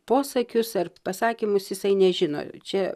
posakius ar pasakymus jisai nežino čia